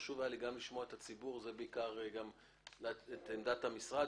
חשוב לי לשמוע את עמדת המשרד,